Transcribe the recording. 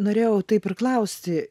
norėjau taip ir klausti